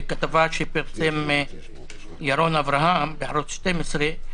על פי כתבה שפרסם ירון אברהם בערוץ 12,